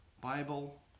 Bible